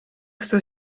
chce